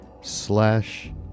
slash